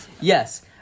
Yes